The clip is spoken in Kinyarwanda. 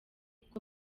kuko